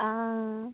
आं